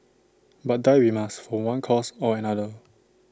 but die we must from one cause or another